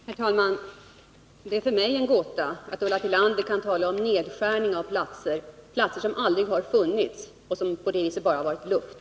Herr talman! Det är för mig en gåta att Ulla Tillander kan tala om nedskärning av antalet platser — platser som aldrig har funnits och på det sättet bara har varit luft.